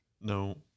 No